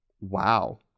Wow